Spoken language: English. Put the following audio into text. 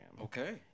Okay